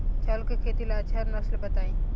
चावल के खेती ला अच्छा नस्ल बताई?